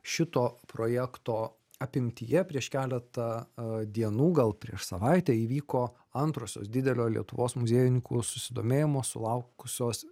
šito projekto apimtyje prieš keletą dienų gal prieš savaitę įvyko antrosios didelio lietuvos muziejininkų susidomėjimo sulaukusios